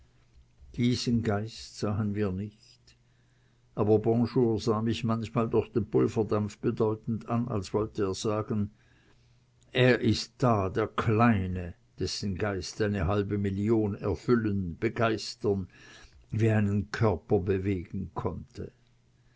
diesen geist sahen wir nicht aber bonjour sah mich manchmal durch den pulverdampf bedeutend an als wollte er sagen er ist da der kleine dessen geist eine halbe million erfüllen begeistern wie einen körper bewegen konnte